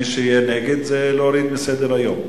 ומי שיהיה נגד זה להוריד מסדר-היום.